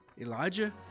Elijah